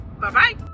Bye-bye